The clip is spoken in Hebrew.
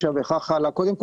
שתמיד דאגה לעצמה.